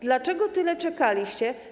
Dlaczego tyle czekaliście?